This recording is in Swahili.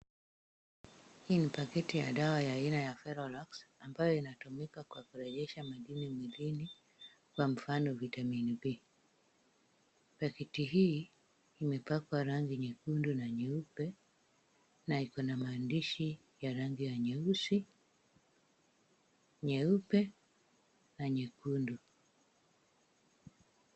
Hii ni pakiti ya dawa aina ya Ferolax ambayo inatumika kwa kurejesha madini mwilini kwa mfano Vitamini B. Pakiti hii imepakwa rangi nyekundu na nyeupe na iko na maandishi ya rangi ya nyeusi , nyeupe na nyekundu.